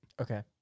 Okay